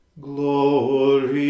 Glory